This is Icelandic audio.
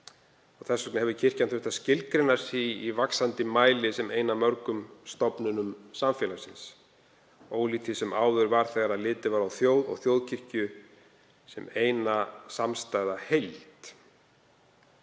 Þess vegna hefur kirkjan þurft að skilgreina sig í vaxandi mæli sem ein af mörgum stofnunum samfélagsins, ólíkt því sem áður var þegar litið var á þjóð og þjóðkirkju sem eina samstæða heild.